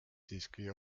siiski